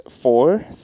four